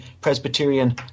Presbyterian